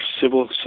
civil